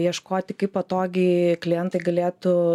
ieškoti kaip patogiai klientai galėtų